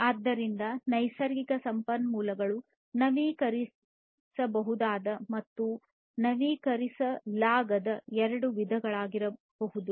ಆದ್ದರಿಂದ ನೈಸರ್ಗಿಕ ಸಂಪನ್ಮೂಲಗಳು ನವೀಕರಿಸಬಹುದಾದ ಮತ್ತು ನವೀಕರಿಸಲಾಗದ ಎರಡು ವಿಧಗಳಾಗಿರಬಹುದು